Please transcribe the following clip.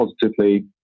positively